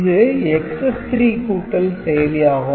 இது XS - 3 கூட்டல் செயலி ஆகும்